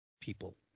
people